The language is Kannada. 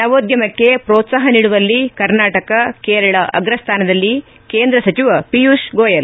ನವೋದ್ಯಮಕ್ಕೆ ಪ್ರೋತ್ವಾಹ ನೀಡುವಲ್ಲಿ ಕರ್ನಾಟಕ ಕೇರಳ ಅಗ್ರಸ್ಥಾನದಲ್ಲಿ ಕೇಂದ್ರ ಸಚಿವ ಪಿಯೂಷ್ ಗೋಯಲ್